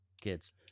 kids